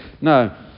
no